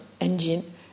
engine